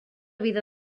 vida